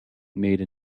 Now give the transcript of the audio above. made